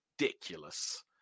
ridiculous